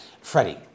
Freddie